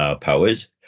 powers